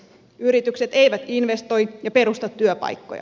yritykset eivät investoi ja perusta työpaikkoja